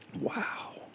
Wow